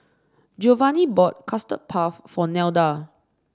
Geovanni bought Custard Puff for Nelda